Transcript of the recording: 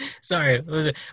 Sorry